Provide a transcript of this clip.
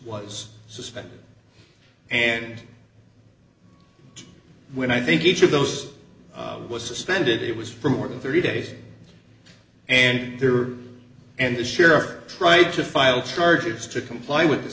was suspended and when i think each of those was suspended it was for more than thirty days and there were and the sheriff tried to file charges to comply with the